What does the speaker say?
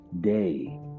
day